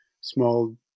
small